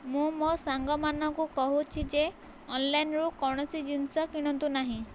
ମୁଁ ମୋ ସାଙ୍ଗ ମାନଙ୍କୁ କହୁଛି ଯେ ଅନଲାଇନ୍ ରୁ କୌଣସି ଜିନିଷ କିଣନ୍ତୁ ନାହିଁ